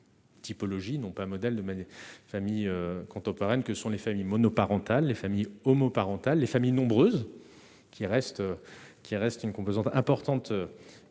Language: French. non pas un modèle de manière famille contemporaine que sont les familles monoparentales, les familles homoparentales les familles nombreuses qui reste, qui reste une composante importante